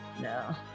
No